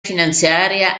finanziaria